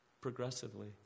progressively